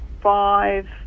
five